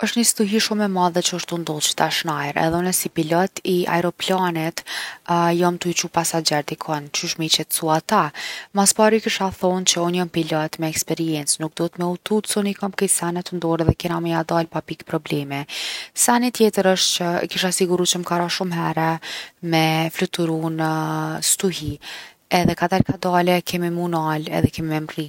Osht ni stuhi shumë e madhe që osht tu ndodh qitash n’ajër edhe unë si pilot i ajroplanit jom tu i qu pasagjert dikun, qysh me i qetsu ata? Mas pari i kisha thon’ që unë jom pilot me eksperienc’, nuk duhet me u tut se unë i kom krejt senet n’dorë edhe kena me ja dal pa pik’ problemi. Seni tjetër osht që i kisha siguru që m’ka ra shumë here me fluturu në stuhi edhe kadal kadale kemi mu nal edhe kem me mrri.